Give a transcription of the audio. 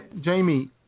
Jamie